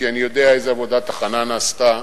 כי אני יודע איזו עבודת הכנה נעשתה,